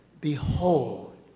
behold